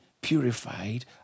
purified